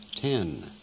Ten